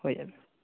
হয়ে যাবে